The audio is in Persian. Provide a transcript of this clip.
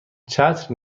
چتر